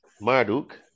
Marduk